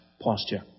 posture